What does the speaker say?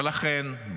ולכן,